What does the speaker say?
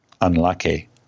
unlucky